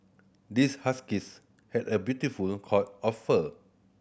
this huskies had a beautiful coat of fur